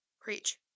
Preach